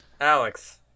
Alex